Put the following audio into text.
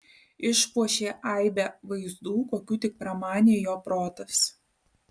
išpuošė aibe vaizdų kokių tik pramanė jo protas